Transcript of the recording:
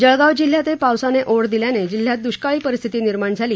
जळगाव जिल्ह्यात पावसाने ओढ दिल्याने जिल्ह्यात दृष्काळी परिस्थिती निर्माण झाली